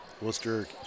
Worcester